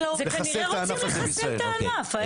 זה כנראה רוצים לחסל את הענף.